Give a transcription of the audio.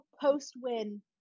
post-win